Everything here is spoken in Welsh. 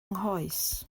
nghoes